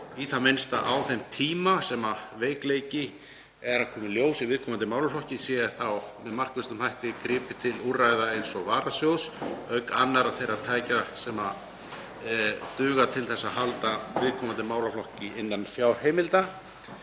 í það minnsta að á þeim tíma sem veikleiki er að koma í ljós í viðkomandi málaflokki sé með markvissum hætti gripið til úrræða eins og varasjóðs auk annarra þeirra tækja sem duga til að halda viðkomandi málaflokki innan fjárheimilda.